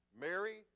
Mary